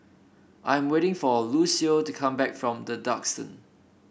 I'm waiting for Lucio to come back from The Duxton